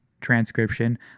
transcription